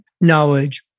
knowledge